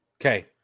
Okay